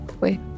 Wait